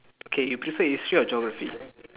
okay you prefer history or geography